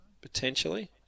Potentially